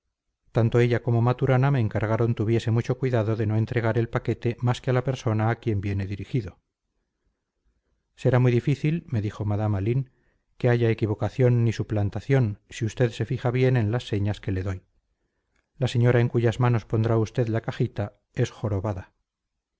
tanto ella como maturana me encargaron tuviese mucho cuidado de no entregar el paquete más que a la persona a quien viene dirigido será muy difícil me dijo madame aline que haya equivocación ni suplantación si usted se fija bien en las señas que le doy la señora en cuyas manos pondrá usted la cajita es jorobada